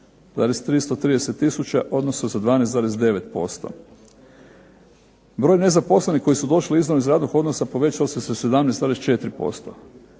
283,330 tisuća odnosno sa 12,9%. Broj nezaposlenih koji su došli izravno iz radnog odnosa povećao